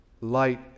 light